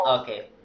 Okay